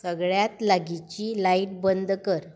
सगळ्यांत लागींची लायट बंद कर